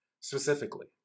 specifically